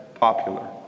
popular